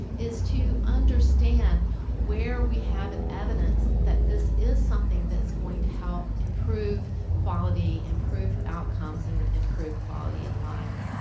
is to understand where we have, in evidence, that this is something that's going to help improve quality, improve outcomes, and improve quality of life.